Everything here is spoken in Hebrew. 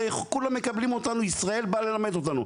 כולם מקבלים אותנו ישראל באה ללמד אותנו,